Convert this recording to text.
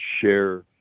share